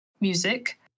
music